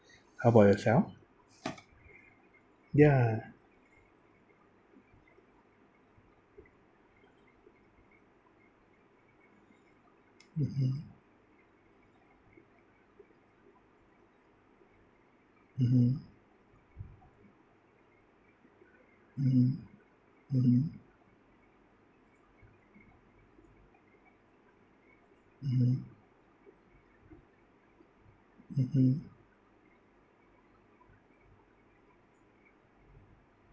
how about yourself ya mm mmhmm mmhmm mmhmm mmhmm mmhmm